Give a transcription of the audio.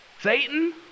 satan